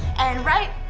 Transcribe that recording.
and right,